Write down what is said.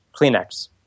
Kleenex